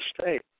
state